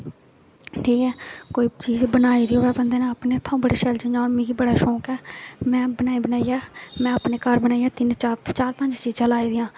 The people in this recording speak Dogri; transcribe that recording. ठीक ऐ कोई चीज बनाई दी होऐ बंदे ने हून जियां मिगी बड़ा शौक ऐ में बनाई बनाइयै में अपने घर बनाई में तिन चार पंज चीजां लाई दियां